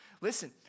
Listen